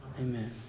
Amen